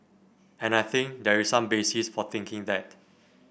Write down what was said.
and I think there is some basis for thinking that